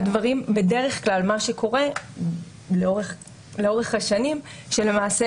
בדרך כלל מה שקורה לאורך השנים שלמעשה